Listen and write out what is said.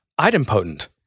idempotent